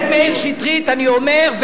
חבר הכנסת מאיר שטרית, אני אומר,